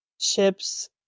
ships